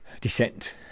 descent